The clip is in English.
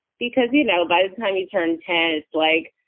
because, you know, by the time you turn ten, it's like,